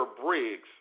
Briggs